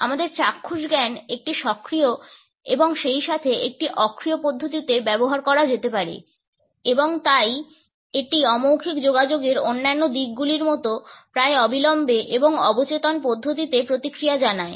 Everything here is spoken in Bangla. আমাদের চাক্ষুষ জ্ঞান একটি সক্রিয় এবং সেইসাথে একটি অক্রিয় পদ্ধতিতে ব্যবহার করা যেতে পারে এবং তাই এটি অ মৌখিক যোগাযোগের অন্যান্য দিকগুলির মতো প্রায় অবিলম্বে এবং অবচেতন পদ্ধতিতে প্রতিক্রিয়া জানায়